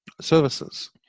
services